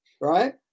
Right